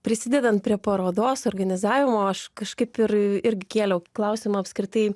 prisidedant prie parodos organizavimo aš kažkaip ir irgi kėliau klausimą apskritai